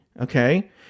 Okay